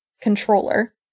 controller